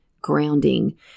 grounding